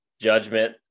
judgment